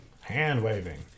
hand-waving